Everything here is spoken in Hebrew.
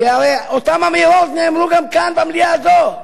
כי הרי אותן אמירות נאמרו גם כאן במליאה הזאת